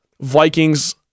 Vikings